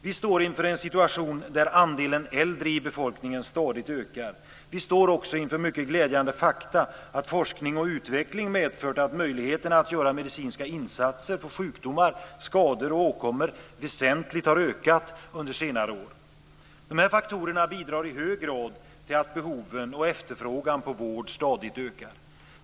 Vi står inför en situation där andelen äldre i befolkningen stadigt ökar, och mycket glädjande besked säger oss också att forskning och utveckling har medfört att möjligheterna att göra medicinska insatser mot sjukdomar, skador och åkommor väsentligt har ökat under senare år. Dessa faktorer bidrar i hög grad till att behoven av och efterfrågan på vård stadigt ökar.